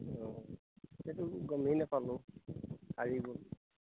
অঁ সেইটো গমেই নোপালোঁ আহি গ'ল